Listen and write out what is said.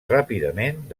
ràpidament